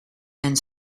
and